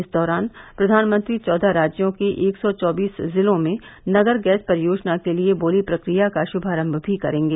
इस दौरान प्रधानमंत्री चौदह राज्यों के एक सौ चौबीस जिलों में नगर गैस परियोजना के लिए बोली प्रक्रिया का शुभारंभ भी करेंगे